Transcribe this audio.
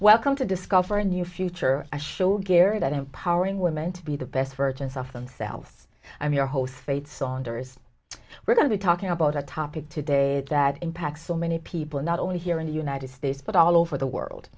welcome to discover a new future show gary that empowering women to be the best versions of themselves i mean are hosts they'd saunders we're going to be talking about a topic today that impacts so many people not only here in the united states but all over the world